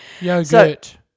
yogurt